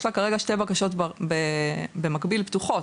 יש לה כרגע שתי בקשות במקביל פתוחות,